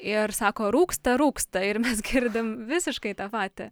ir sako rūksta rūgsta ir mes girdim visiškai tą patį